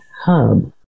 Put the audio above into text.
hub